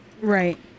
Right